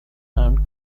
and